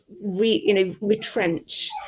retrench